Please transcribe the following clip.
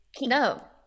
no